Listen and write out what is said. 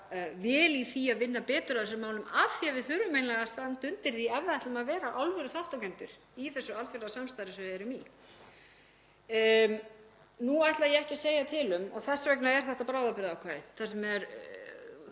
vel í því að vinna betur að þessum málum af því að við þurfum hreinlega að standa undir því ef við ætlum að vera alvöruþátttakendur í þessu alþjóðlega samstarfi sem við erum í. Nú ætla ég ekki að segja til um — og þess vegna er þetta bráðabirgðaákvæði, þar sem er